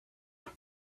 att